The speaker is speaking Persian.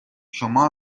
شما